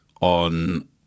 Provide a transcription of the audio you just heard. on